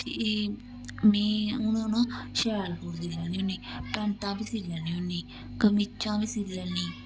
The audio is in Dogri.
ते एह् में हून ना शैल सूट सी लैन्नी होन्नी पैंटां बी सी लैन्नी होन्नी कमीचां बी सी लैन्नी